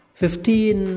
fifteen